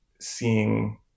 seeing